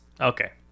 Okay